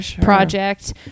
project